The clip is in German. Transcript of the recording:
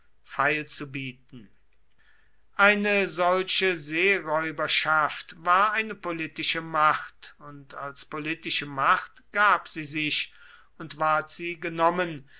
feilzubieten eine solche seeräuberschaft war eine politische macht und als politische macht gab sie sich und ward sie genommen